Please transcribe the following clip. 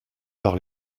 par